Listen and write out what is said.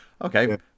okay